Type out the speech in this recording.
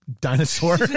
dinosaur